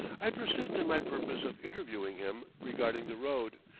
i persist in my purpose of interviewing him regarding the road,